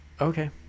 okay